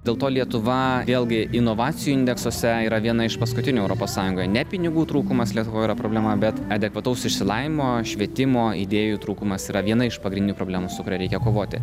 dėl to lietuva vėlgi inovacijų indeksuose yra viena iš paskutinių europos sąjungoje ne pinigų trūkumas lietuvoj yra problema bet adekvataus išsilavinimo švietimo idėjų trūkumas yra viena iš pagrindinių problemų su kuria reikia kovoti